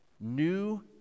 new